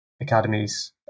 academies